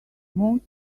most